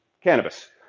cannabis